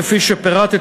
כפי שפירטתי,